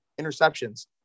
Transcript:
interceptions